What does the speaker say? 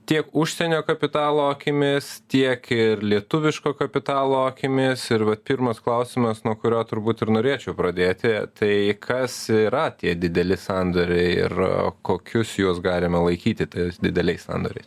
tiek užsienio kapitalo akimis tiek ir lietuviško kapitalo akimis ir vat pirmas klausimas nuo kurio turbūt ir norėčiau pradėti tai kas yra tie dideli sandoriai ir kokius juos galime laikyti tais dideliais sandoriais